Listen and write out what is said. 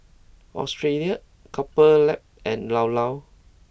Australia Couple Lab and Llao Llao